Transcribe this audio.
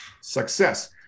success